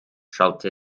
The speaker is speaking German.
schallte